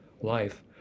life